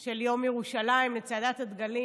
של יום ירושלים, לצעדת הדגלים.